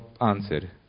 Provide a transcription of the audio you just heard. answered